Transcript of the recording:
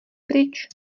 pryč